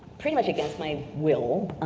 pretty much against my will.